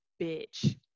bitch